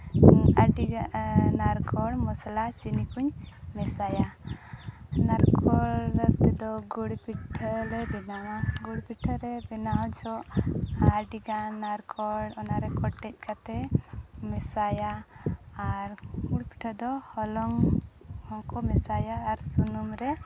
ᱱᱟᱨᱠᱳᱞ ᱢᱚᱥᱞᱟ ᱪᱤᱱᱤ ᱠᱩᱧ ᱢᱮᱥᱟᱭᱟ ᱱᱟᱨᱠᱳᱞ ᱛᱮᱫᱚ ᱜᱩᱲ ᱯᱤᱴᱷᱟᱹ ᱞᱮ ᱵᱮᱱᱟᱣᱟ ᱜᱩᱲ ᱯᱤᱴᱷᱟᱹ ᱞᱮ ᱵᱮᱱᱟᱣ ᱡᱚᱠᱷᱮᱡ ᱟᱹᱰᱤᱜᱟᱱ ᱱᱟᱨᱠᱳᱞ ᱚᱱᱟᱨᱮ ᱠᱚᱴᱮᱡ ᱠᱟᱛᱮᱫ ᱢᱮᱥᱟᱭᱟ ᱟᱨ ᱜᱩᱲ ᱯᱤᱴᱷᱟᱹ ᱫᱚ ᱦᱚᱞᱚᱝ ᱦᱚᱸᱠᱚ ᱢᱮᱥᱟᱭᱟ ᱟᱨ ᱥᱩᱱᱩᱢ ᱨᱮ